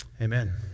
Amen